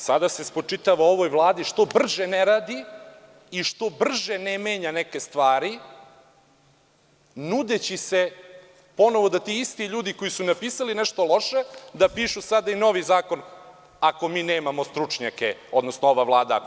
Sada se spočitava ovoj Vladi što brže ne radi i što brže ne menja neke stvari, nudeći se ponovo da ti isti ljudi koji su napisali nešto loše, da pišu sada i novi zakon, ako mi nemamo stručnjake, odnosno ova Vlada da napiše.